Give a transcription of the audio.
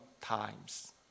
times